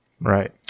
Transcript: Right